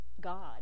God